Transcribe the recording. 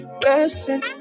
blessing